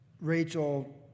Rachel